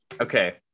Okay